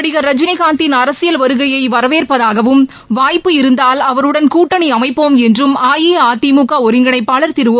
நடிகா் ரஜினிகாந்தின் அரசியல் வருகையை வரவேற்பதாகவும் வாய்ப்பு இருந்தால் அவருடன் கூட்டணி அமைப்போம் என்றும் அஇஅதிமுக ஒருங்கிணைப்பாளர் திரு ஒ